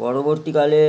পরবর্তীকালে